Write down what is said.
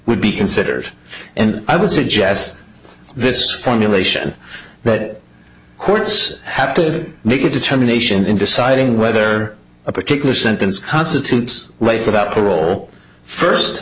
would be considered and i would suggest this formulation that courts have to make a determination in deciding whether a particular sentence constitutes life about parole first